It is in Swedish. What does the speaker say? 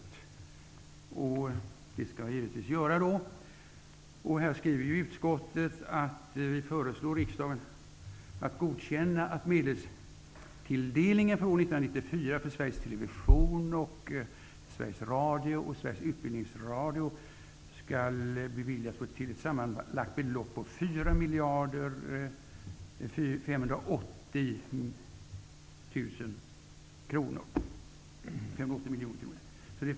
Det skall jag givetvis göra. Utskottet skriver i betänkandet att man föreslår riksdagen att godkänna att medelstilldelningen för år 1994 för Sveriges Television AB, Sveriges Radio miljoner kronor.